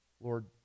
Lord